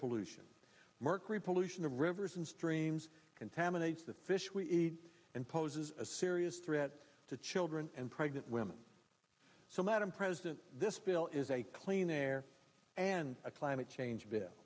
pollution mercury pollution of rivers and streams contaminate the fish we eat and poses a serious threat to children and pregnant women so madam president this bill is a clean air and a climate change bi